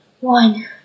One